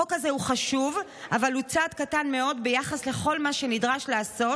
החוק הזה הוא חשוב אבל הוא צעד קטן מאוד ביחס לכל מה שנדרש לעשות